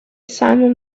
simum